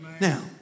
Now